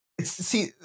See